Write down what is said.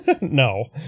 No